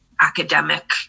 academic